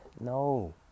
No